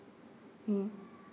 mm